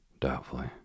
doubtfully